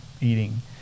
eating